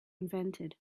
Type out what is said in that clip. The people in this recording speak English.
invented